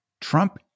Trump